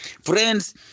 friends